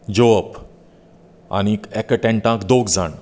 जेवप आनीक एका टेंटान दोग जाण